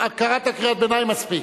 קראת קריאות ביניים מספיק.